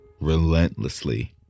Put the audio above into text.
relentlessly